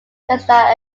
cessna